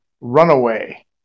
runaway